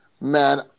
man